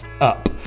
up